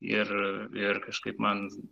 ir ir kažkaip man